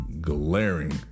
glaring